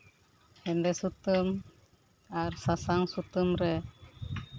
ᱦᱮᱸᱫᱮ ᱥᱩᱛᱟᱹᱢ ᱟᱨ ᱥᱟᱥᱟᱝ ᱥᱩᱛᱟᱹᱢ ᱨᱮ